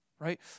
right